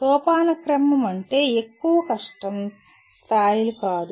సోపానక్రమం అంటే ఎక్కువ కష్టం స్థాయిలు కాదు